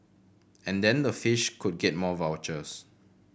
and then the fish could get more vouchers